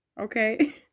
Okay